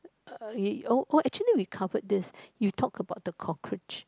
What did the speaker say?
uh oh actually we covered this you talk about the cockroach